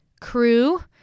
crew